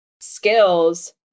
skills